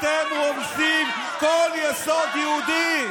אתם רומסים כל יסוד יהודי.